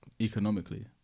Economically